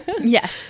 Yes